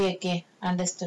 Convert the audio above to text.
okay okay understood understood